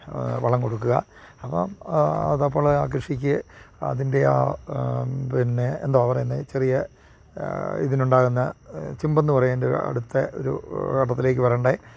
വളം കൊടുക്കുക അപ്പം അതെപോലെ ആ കൃഷിക്ക് അതിൻ്റെ ആ പിന്നെ എന്താണ് പറയുന്നത് ചെറിയ ഇതിന് ഉണ്ടാകുന്ന ചിമ്പെന്ന് പറയും അതിൻ്റെ അടുത്ത ഒരു ഘട്ടത്തിലേക്ക് വരണ്ടേ